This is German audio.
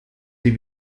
sie